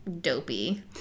dopey